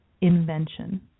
invention